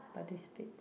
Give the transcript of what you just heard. participate